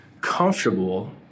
comfortable